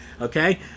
okay